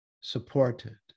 supported